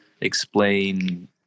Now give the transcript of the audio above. explain